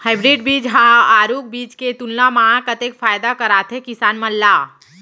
Hybrid बीज हा आरूग बीज के तुलना मा कतेक फायदा कराथे किसान मन ला?